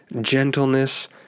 gentleness